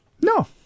no